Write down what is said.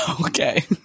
okay